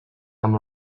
amb